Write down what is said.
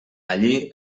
allí